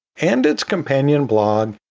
and its companion blog,